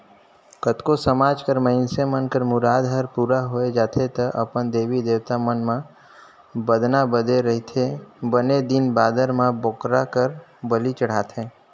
कतको समाज कर मइनसे मन कर मुराद हर पूरा होय जाथे त अपन देवी देवता मन म बदना बदे रहिथे बने दिन बादर म बोकरा कर बली चढ़ाथे